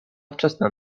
wczesna